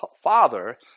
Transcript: father